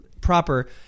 proper